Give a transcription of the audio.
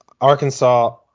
Arkansas